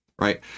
Right